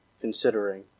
considering